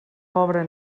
pobre